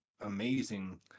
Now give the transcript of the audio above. amazing